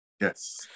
yes